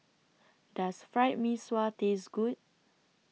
Does Fried Mee Sua Taste Good